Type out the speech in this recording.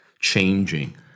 changing